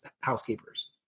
housekeepers